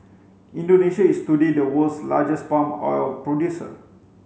Indonesia is today the world's largest palm oil producer